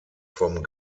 vom